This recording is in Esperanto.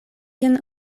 vian